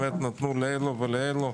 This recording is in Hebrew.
נתנו לאלה ולאלה,